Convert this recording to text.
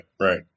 right